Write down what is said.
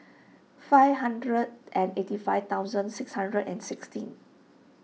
five hundred and eighty five thousand six hundred and sixteen